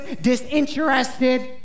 disinterested